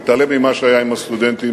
להתעלם ממה שהיה עם הסטודנטים,